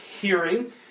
hearing